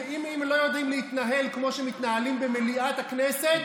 אם לא יודעים להתנהל כמו שמתנהלים במליאת הכנסת,